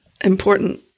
important